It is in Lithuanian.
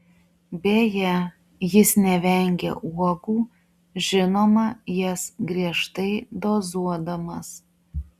beje jis nevengia uogų žinoma jas griežtai dozuodamas